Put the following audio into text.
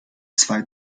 zwei